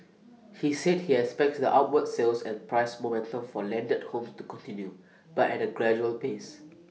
he said he expects the upward sales and price momentum for landed homes to continue but at A gradual pace